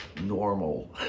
Normal